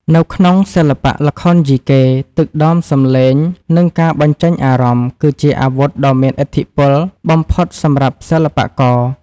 នៅក្នុងសិល្បៈល្ខោនយីកេ ទឹកដមសំឡេង និងការបញ្ចេញអារម្មណ៍ គឺជាអាវុធដ៏មានឥទ្ធិពលបំផុតសម្រាប់សិល្បករ។